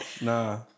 nah